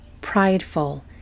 prideful